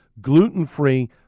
gluten-free